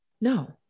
No